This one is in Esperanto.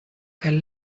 kaj